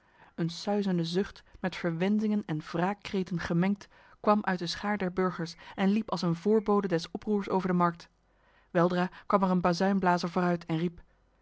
een suizende zucht met verwensingen en wraakkreten gemengd kwam uit de schaar der burgers en liep als een voorbode des oproers over de markt weldra kwam er een bazuinblazer vooruit en riep